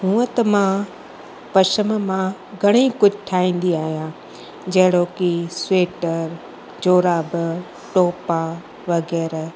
हूअं त मां पशम मां घणेई कुझु ठाहींदी आहियां जहिड़ो की स्वेटर जोराब टोपा वग़ैरह